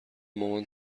مامان